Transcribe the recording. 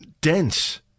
dense